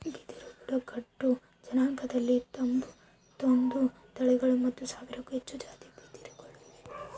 ಬಿದಿರು ಬುಡಕಟ್ಟು ಜನಾಂಗದಲ್ಲಿ ತೊಂಬತ್ತೊಂದು ತಳಿಗಳು ಮತ್ತು ಸಾವಿರಕ್ಕೂ ಹೆಚ್ಚು ಜಾತಿ ಬಿದಿರುಗಳು ಇವೆ